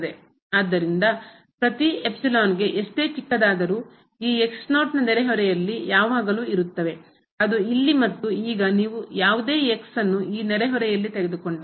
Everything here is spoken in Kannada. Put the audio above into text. ಆದ್ದರಿಂದ ಪ್ರತಿ ಎಪ್ಸಿಲಾನ್ಗೆ ಎಷ್ಟೇ ಚಿಕ್ಕದಾದರೂ ಈ ನ ನೆರೆಹೊರೆಯಲ್ಲಿ ಯಾವಾಗಲೂ ಇರುತ್ತವೆ ಅದು ಇಲ್ಲಿ ಮತ್ತು ಈಗ ನೀವು ಯಾವುದೇ ಅನ್ನು ಈ ನೆರೆಹೊರೆಯಲ್ಲಿ ತೆಗೆದುಕೊಂಡರೆ